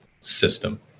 system